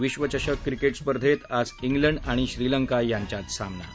विश्वचषक क्रिकेट स्पर्धेत आज इंग्लंड आणि श्रीलंका यांच्यात सामना होणार आहे